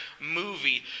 movie